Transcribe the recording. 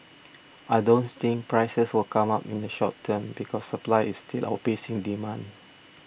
I don't think prices will come up in the short term because supply is still outpacing demand